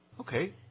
Okay